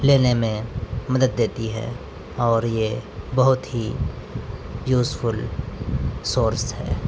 لینے میں مدد دیتی ہے اور یہ بہت ہی یوز فل سورس ہے